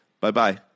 Bye-bye